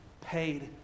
paid